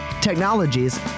technologies